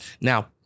Now